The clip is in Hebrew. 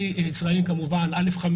ישראלים כמובן, א5